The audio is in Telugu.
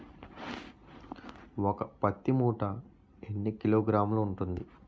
ఒక పత్తి మూట ఎన్ని కిలోగ్రాములు ఉంటుంది?